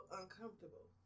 uncomfortable